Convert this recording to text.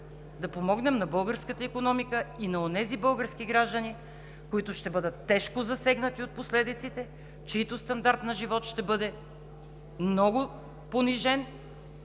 да помогнем на българската икономика и на онези български граждани, които ще бъдат тежко засегнати от последиците, чийто стандарт на живот ще бъде много понижен,